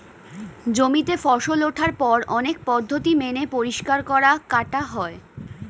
জমিতে ফসল ওঠার পর অনেক পদ্ধতি মেনে পরিষ্কার করা, কাটা হয়